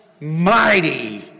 Mighty